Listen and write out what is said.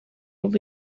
would